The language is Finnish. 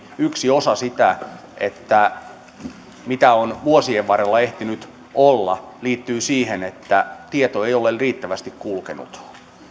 yksi osa sitä mitä on vuosien varrella ehtinyt olla liittyy siihen että tieto ei ole riittävästi kulkenut